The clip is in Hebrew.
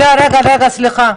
רגע, סליחה,